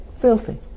Filthy